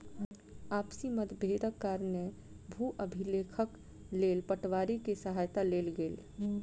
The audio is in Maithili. आपसी मतभेदक कारणेँ भू अभिलेखक लेल पटवारी के सहायता लेल गेल